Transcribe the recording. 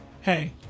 Hey